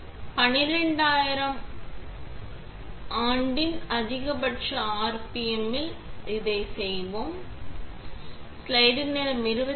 நாங்கள் இன்னும் ஒரு சுழற்சியை செய்வோம் 12000 ஆம் ஆண்டின் அதிகபட்ச RPM இல் இதை செய்வோம் எனவே மீது மற்றும் செய்ய